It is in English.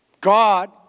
God